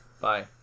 Bye